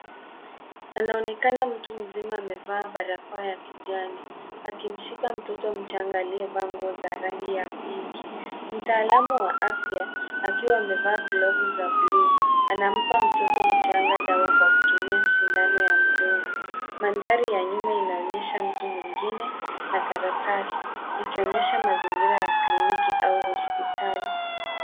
Anaonekana mtu mzima amevaa barakoa ya kijani akimshika mtoto mchanga aliyevaa nguo za rangi ya pinki. mtaalamu wa afya akiwa amevaa glavu za bluu anampa mtoto mchanga dawa kwa kutumia sindano ya mdomo. Mandhari ya nyuma inaonyesha mtu mwingine na karatasi ikionyesha mazingira ya kliniki au hospitali.